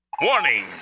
Warning